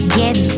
get